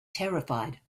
terrified